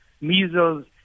measles